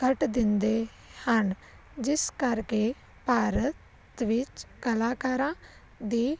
ਘੱਟ ਦਿੰਦੇ ਹਨ ਜਿਸ ਕਰਕੇ ਭਾਰਤ ਵਿੱਚ ਕਲਾਕਾਰਾਂ ਦੀ